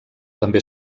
també